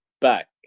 back